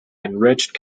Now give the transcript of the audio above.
enriched